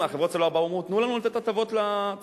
חברת הסלולר באו ואמרו: תנו לנו לתת הטבות לצרכנים.